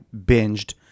binged